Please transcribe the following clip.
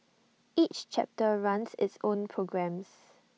each chapter runs its own programmes